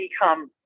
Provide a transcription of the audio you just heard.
become